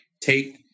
take